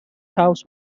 house